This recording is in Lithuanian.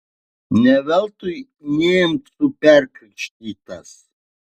ne veltui niemcu perkrikštytas